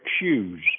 shoes